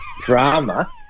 drama